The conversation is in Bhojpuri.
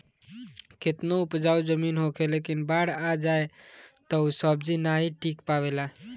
केतनो उपजाऊ जमीन होखे लेकिन बाढ़ आ जाए तअ ऊ सब्जी नाइ टिक पावेला